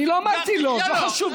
אני לא אמרתי שזה לא חשוב.